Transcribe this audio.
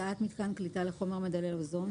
הקצאת מיתקן קליטה לחומר מדלל אוזון